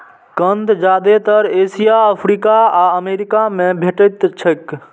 कंद जादेतर Asia, Africa आ अमेरिका मे भेटैत छैक